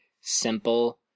simple